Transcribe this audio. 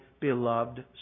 beloved